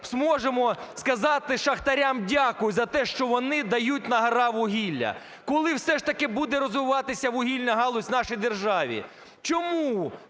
зможемо сказати шахтарям "дякую" за те, що вони дають на-гора вугілля? Коли все ж таки буде розвиватися вугільна галузь в нашій державі? Чому